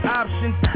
options